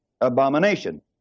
abomination